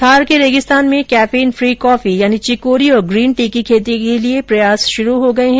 थार के रेगिस्तान में कैफीन फ्री कॉफी यानी चिकोरी और ग्रीन टी की खेती के लिए प्रयास शुरू हो गए हैं